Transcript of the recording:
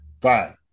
fine